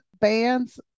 bands